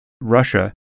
Russia